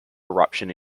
eruption